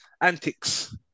antics